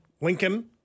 Lincoln